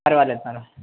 పర్వాలేదు పర్వాలేదు